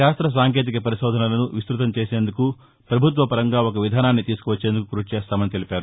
శాస్త్ర సాంకేతిక పరిశోధనలను విస్తృతం చేసేందుకు పభుత్వ పరంగా ఒక విధానాన్ని తీసుకొచ్చేందుకు క్బషి చేస్తామని తెలిపారు